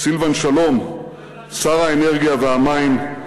סילבן שלום שר האנרגיה והמים,